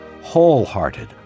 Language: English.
wholehearted